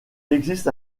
existe